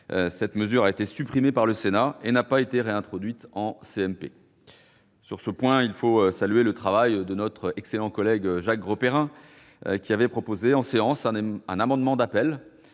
l'article 6 , a été supprimée par le Sénat et n'a pas été réintroduite en commission mixte paritaire. Sur ce point, il faut saluer le travail de notre excellent collègue Jacques Grosperrin, qui avait proposé en séance un amendement d'appel,